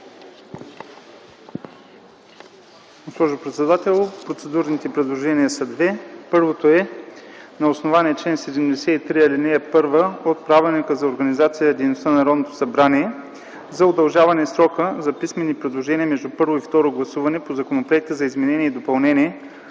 Госпожо председател, процедурните предложения са две. Първото е на основание чл. 73, ал. 1 от Правилника за организацията и дейността на Народното събрание за удължаване срока за писмени предложения между първо и второ гласуване по Законопроекта за изменение и допълнение